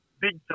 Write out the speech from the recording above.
big